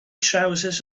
trywsus